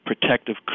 protective